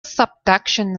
subduction